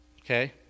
Okay